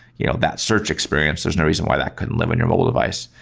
you know that search experience, there's no reason why that couldn't live in your mobile device.